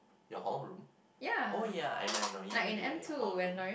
your hall room oh ya I I know you really like your hall room